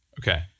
Okay